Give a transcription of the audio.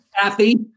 Kathy